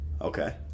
Okay